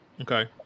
Okay